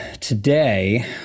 today